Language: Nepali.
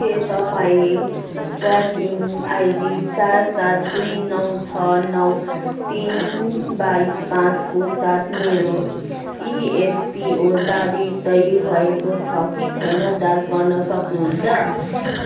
के तपाईँँ ट्र्याकिङ आइडी चार सात दुई नौ छ नौ तिन बाइस पाँचको साथ मेरो इएफपीओ दावी तय भएको छ कि छैन जाँच गर्न सक्नुहुन्छ